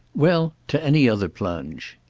well, to any other plunge.